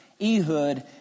Ehud